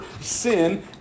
sin